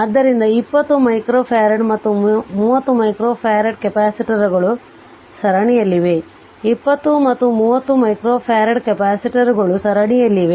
ಆದ್ದರಿಂದ 20 ಮೈಕ್ರೊಫರಾಡ್ ಮತ್ತು 30 ಮೈಕ್ರೊಫರಾಡ್ ಕೆಪಾಸಿಟರ್ಗಳು ಸರಣಿಯಲ್ಲಿವೆ 20 ಮತ್ತು 30 ಮೈಕ್ರೊಫರಡ್ ಕೆಪಾಸಿಟರ್ಗಳು ಸರಣಿಯಲ್ಲಿವೆ